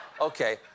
Okay